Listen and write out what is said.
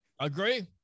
Agree